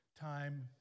time